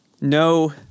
No